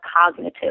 cognitive